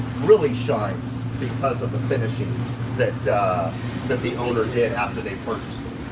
really shines because of the finishing that that the owner did after they purchased